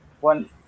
one